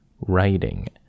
writing